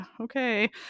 okay